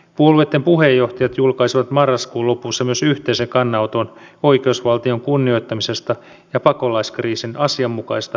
puolueitten puheenjohtajat julkaisivat marraskuun lopussa myös yhteisen kannanoton oikeusvaltion kunnioittamisesta ja pakolaiskriisin asianmukaisesta hoitamisesta